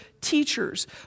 teachers